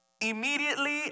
Immediately